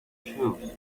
shoes